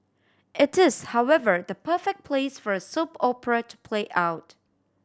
it is however the perfect place for a soap opera to play out